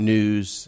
News